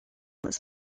this